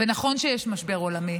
ונכון שיש משבר עולמי,